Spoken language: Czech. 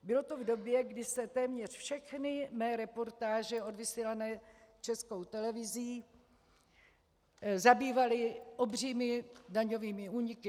Bylo to v době, kdy se téměř všechny mé reportáže odvysílané Českou televizí zabývaly obřími daňovými úniky.